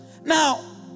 Now